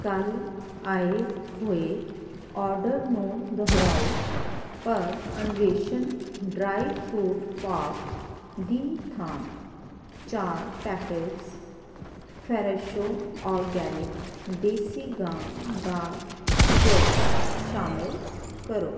ਕੱਲ ਆਏ ਹੋਏ ਓਰਡਰ ਨੂੰ ਦੁਹਰਾਓ ਪਰ ਅਨਵੇਸ਼ਨ ਡਰਾਈ ਫਰੂਟ ਪਾਕ ਦੀ ਥਾਂ ਚਾਰ ਪੈਕੇਟਸ ਫਰੈਸ਼ੋ ਓਰਗੈਨਿਕ ਦੇਸੀ ਗਾਂ ਦਾ ਘਿਓ ਸ਼ਾਮਿਲ ਕਰੋ